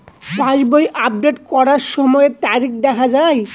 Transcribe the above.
পাসবই update করার সময়ে তারিখ দেখা য়ায়?